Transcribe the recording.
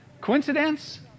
coincidence